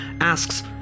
asks